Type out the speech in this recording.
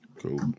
cool